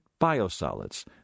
biosolids